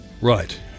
Right